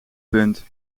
punt